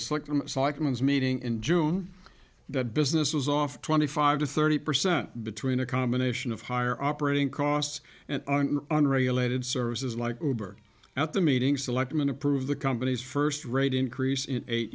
a slick them cyclons meeting in june that business is off twenty five to thirty percent between a combination of higher operating costs and an unregulated services like oberg at the meeting selectman approve the company's first rate increase in eight